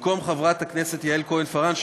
במקום חברת הכנסת יעל כהן-פארן,